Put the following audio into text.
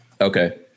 Okay